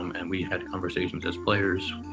um and we had conversations as players,